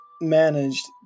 managed